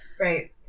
Right